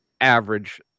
average